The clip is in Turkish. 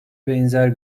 benzer